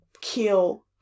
kill